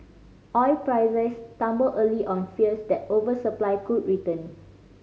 oil prices tumbled early on fears that oversupply could return